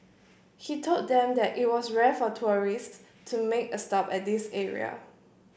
he told them that it was rare for tourists to make a stop at this area